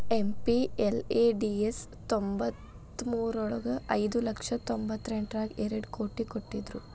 MPLADS ತ್ತೊಂಬತ್ಮುರ್ರಗ ಐದು ಲಕ್ಷ ತೊಂಬತ್ತೆಂಟರಗಾ ಎರಡ್ ಕೋಟಿ ಕೊಡ್ತ್ತಿದ್ರು